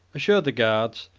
assured the guards,